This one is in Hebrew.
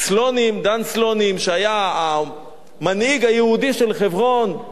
דן סלונים, שהיה המנהיג היהודי של חברון,